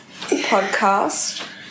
podcast